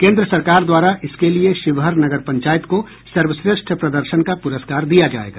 केन्द्र सरकार द्वारा इसके लिये शिवहर नगर पंचायत को सर्वश्रेष्ठ प्रदर्शन का पुरस्कार दिया जायेगा